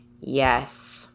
Yes